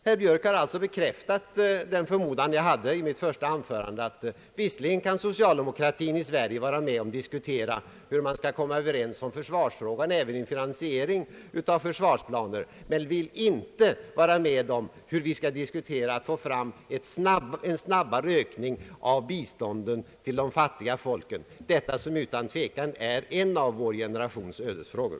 Herr Björk har bekräftat vad jag förmodade i mitt första anförande, nämligen att socialdemokratin i Sverige visserligen kan vara med om att diskutera och komma överens om försvarsfrågan, även när det gäller finansiering av försvarsplaner, men den vill inte diskutera hur man skall nå en snabbare ökning av biståndet till de fattiga folken, detta som utan tvekan är en av vår generations ödesfrågor.